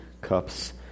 cups